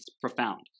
profound